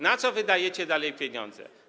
Na co wydajecie dalej pieniądze?